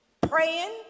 praying